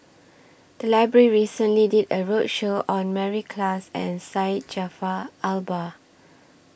The Library recently did A roadshow on Mary Klass and Syed Jaafar Albar